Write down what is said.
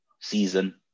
season